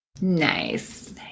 Nice